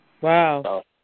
Wow